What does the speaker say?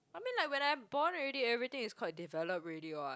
I mean like when I'm born already everything is quite developed already what